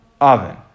oven